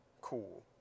Cool